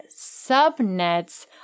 subnets